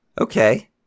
Okay